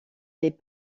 les